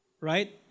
right